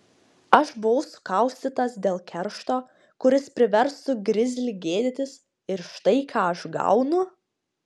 aš buvau sukaustytas dėl keršto kuris priverstų grizlį gėdytis ir štai ką aš gaunu